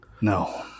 no